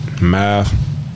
Math